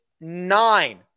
nine